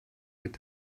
mit